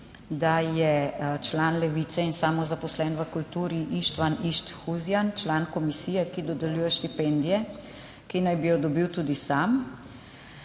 da je član Levice in samozaposleni v kulturi Ištvan Išt Huzjan član komisije, ki dodeljuje štipendije, ki naj bi jo dobil tudi sam?